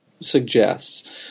suggests